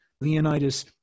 Leonidas